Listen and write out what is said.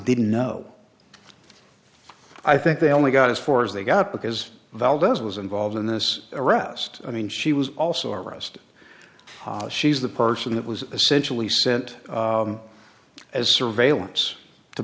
didn't know i think they only got as far as they got because valdez was involved in this arrest i mean she was also arrested she's the person that was essentially sent as surveillance to